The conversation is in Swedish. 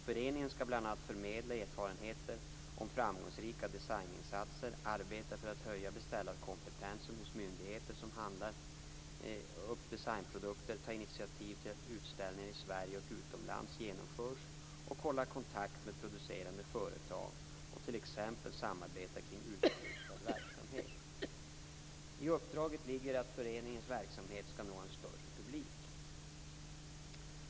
Föreningen skall bl.a. förmedla erfarenheter om framgångsrika designsatsningar, arbeta för att höja beställarkompetensen hos myndigheter som handlar upp designprodukter, ta initiativ till att utställningar i Sverige och utomlands genomförs och hålla kontakt med producerande företag och t.ex. samarbeta kring utåtriktad verksamhet. I uppdraget ligger att föreningens verksamhet skall nå en större publik.